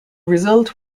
result